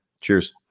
Cheers